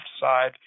side